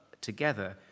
together